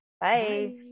Bye